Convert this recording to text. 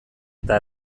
eta